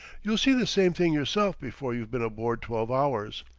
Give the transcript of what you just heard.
you'll see the same thing yourself before you've been aboard twelve hours.